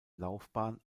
laufbahn